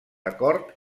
acord